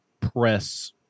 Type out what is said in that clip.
press